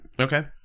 Okay